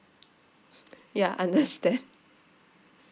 ya understand